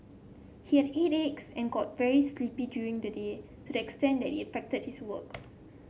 he had headaches and got very sleepy during the day to the extent that it affected his work